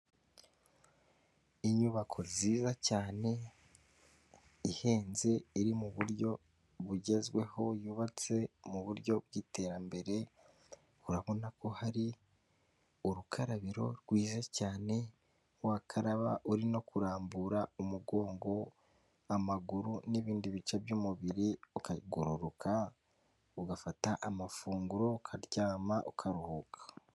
Inyubako nziza cyane ihenze iri mu buryo bugezweho yubatse mu buryo bw'iterambere urabona ko hari urukarabiro rwiza cyane wakaraba urinno kurambura umugongo ,amaguru n'ibindi bice by'umubiri ukagororoka ugafata amafunguro ukaryama ukaruhuka .